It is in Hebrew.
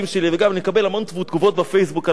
וגם אני מקבל המון תגובות ב"פייסבוק" על העניין הזה.